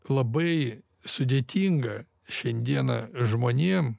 labai sudėtinga šiandieną žmonėm